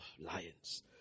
lions